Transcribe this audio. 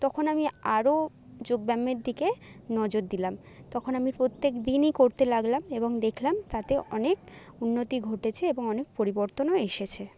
তখন আমি আরো যোগ ব্যায়ামের দিকে নজর দিলাম তখন আমি প্রত্যেক দিনই করতে লাগলাম এবং দেখলাম তাতে অনেক উন্নতি ঘটেছে এবং অনেক পরিবর্তনও এসেছে